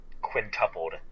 quintupled